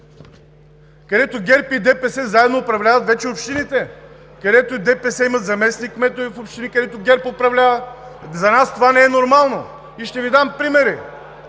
където ГЕРБ и ДПС заедно управляват общините, където ДПС имат заместник-кметове в общините, където ГЕРБ управлява. За нас това не е нормално! Ще Ви дам примери.